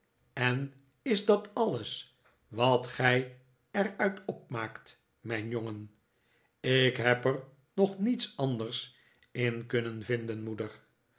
en is dat alles wat gij er uit opmaakt mijn jongen ik heb er nog niets anders in kunnen vinden moeder